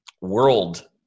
world